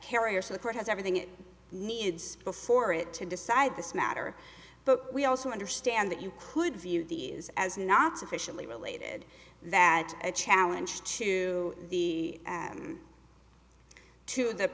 carrier so the court has everything it needs before it to decide this matter but we also understand that you could view the is as not sufficiently related that a challenge to the to the